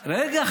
רגע.